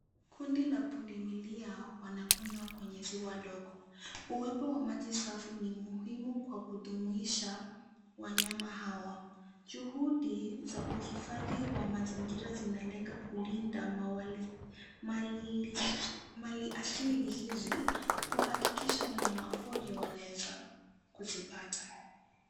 Kundi la pundamilia wanakunywa kwenye ziwa ndogo. Uwepo wa maji safi ni muhimu kwa kudumisha wanayama hawa. Juhudi za uhifadhi wa mazingira zinalenga kulinda mali asili hizi kuhakikisha wanayama pori wanaweza kuzipata.